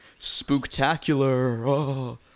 spooktacular